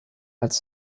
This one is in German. als